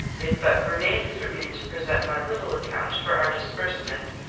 it but remains for me to present my little account for our disbursement,